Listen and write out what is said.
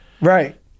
Right